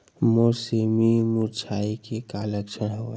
मोर सेमी मुरझाये के का लक्षण हवय?